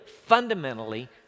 fundamentally